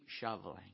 shoveling